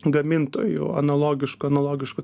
gamintojų analogiškų analogiškų